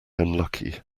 unlucky